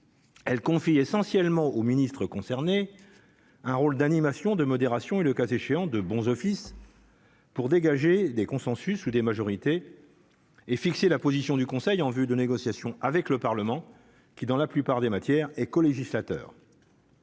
elle confie essentiellement au ministre concerné un rôle d'animation de modération, et le cas échéant de bons offices. Pour dégager des consensus ou des majorités et fixer la position du Conseil en vue de négociations avec le Parlement, qui dans la plupart des matières et co-législateur.